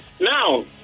now